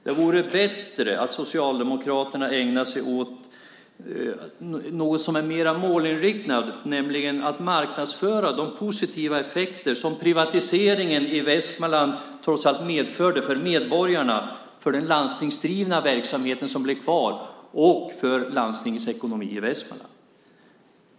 Det vore bättre om Socialdemokraterna ägnade sig åt något som är mer målinriktat, nämligen åt att marknadsföra de positiva effekter som privatiseringen i Västmanland trots allt medförde för medborgarna, för den landstingsdrivna verksamhet som blev kvar och för landstingsekonomin i Västmanland.